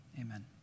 amen